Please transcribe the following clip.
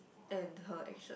and her actions